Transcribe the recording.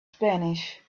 spanish